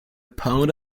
pound